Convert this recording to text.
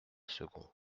second